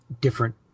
different